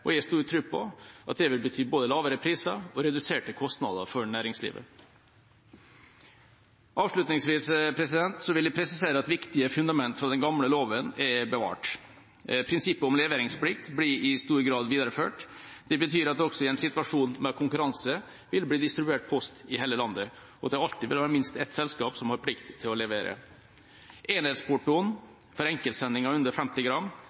Jeg har stor tro på at det vil bety både lavere priser og reduserte kostnader for næringslivet. Avslutningsvis vil jeg presisere at viktige fundamenter i den gamle loven er bevart. Prinsippet om leveringsplikt blir i stor grad videreført. Det betyr at det også i en situasjon med konkurranse vil bli distribuert post i hele landet, og at det alltid vil være minst et selskap som har plikt til å levere. Enhetsportoen for enkeltsendinger under 50 gram